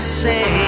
say